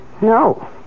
No